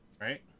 right